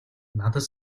надад